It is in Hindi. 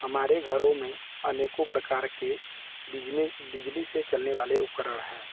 हमारे घरों में अनेकों प्रकार के बिजनेस बिजली से चलने वाले उपकरण हैं